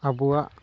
ᱟᱵᱚᱣᱟᱜ